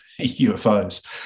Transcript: UFOs